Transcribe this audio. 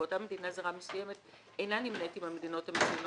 ואותה מדינה זרה מסוימת אינה נמנית עם המדינות המצוינות